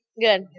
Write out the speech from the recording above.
good